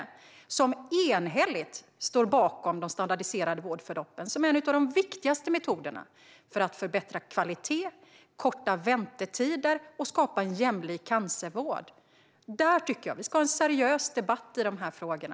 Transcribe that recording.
De står enhälligt bakom de standardiserade vårdförloppen som en av de viktigaste metoderna för att förbättra kvalitet, korta väntetider och skapa en jämlik cancervård. Vi ska ha en seriös debatt i de frågorna.